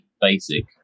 basic